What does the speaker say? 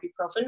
ibuprofen